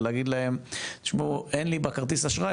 להכיר בו ולראות אילו נתונים כן אפשר להעביר להם,